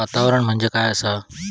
वातावरण म्हणजे काय असा?